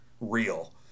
real